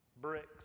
bricks